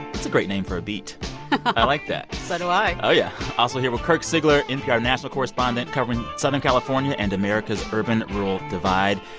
it's a great name for a beat i like that so do i oh, yeah also here with kirk siegler, npr national correspondent covering southern california and america's urban-rural divide.